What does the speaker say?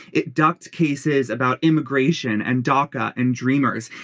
it ducked cases about immigration and daca and dreamers.